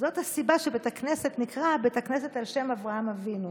זאת הסיבה שבית הכנסת נקרא "בית הכנסת על שם אברהם אבינו".